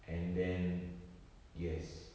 and then yes